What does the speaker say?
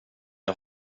jag